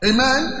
Amen